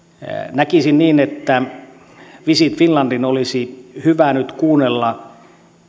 näkisin niin että visit finlandin olisi hyvä nyt kuunnella